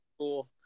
cool